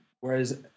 whereas